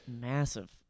massive